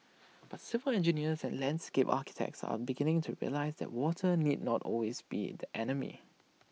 but civil engineers and landscape architects are beginning to realise that water need not always be the enemy